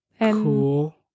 Cool